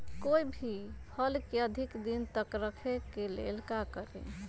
कोई भी फल के अधिक दिन तक रखे के ले ल का करी?